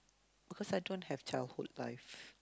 because I don't have childhood life